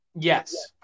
Yes